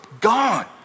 gone